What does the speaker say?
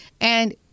And-